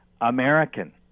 American